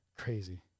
Crazy